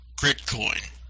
Gridcoin